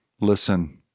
listen